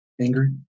angry